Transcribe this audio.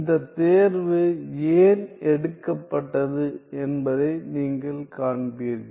இந்த தேர்வு ஏன் எடுக்கப்பட்டது என்பதை நீங்கள் காண்பீர்கள்